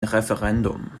referendum